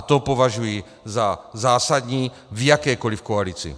To považuji za zásadní v jakékoliv koalici.